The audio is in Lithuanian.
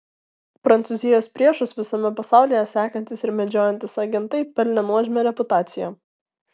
prancūzijos priešus visame pasaulyje sekantys ir medžiojantys agentai pelnė nuožmią reputaciją